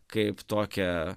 kaip tokią